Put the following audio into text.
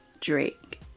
Drake